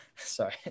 Sorry